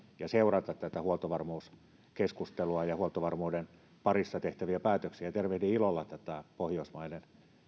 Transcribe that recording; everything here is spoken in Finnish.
ja seurata tätä huoltovarmuuskeskustelua ja huoltovarmuuden parissa tehtäviä päätöksiä ja tervehdin ilolla tätä pohjoismaiden